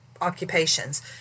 occupations